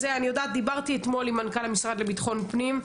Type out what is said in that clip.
דיברתי אתמול עם מנכ"ל המשרד לביטחון פנים.